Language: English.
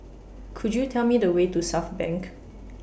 Could YOU Tell Me The Way to Southbank